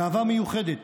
גאווה מיוחדת